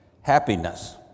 happiness